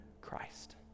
Christ